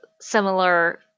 similar